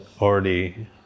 already